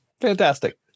fantastic